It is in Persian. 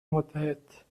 متحد